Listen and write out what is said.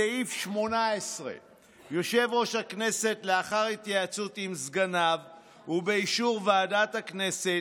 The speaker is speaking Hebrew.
סעיף 18: "יושב-ראש הכנסת לאחר התייעצות עם סגניו ובאישור ועדת הכנסת,